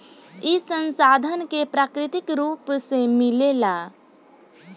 ई संसाधन के प्राकृतिक रुप से मिलेला